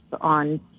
on